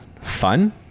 fun